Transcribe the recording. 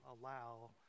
allow